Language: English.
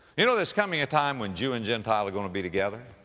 you know there's coming a time when jew and gentile are going to be together.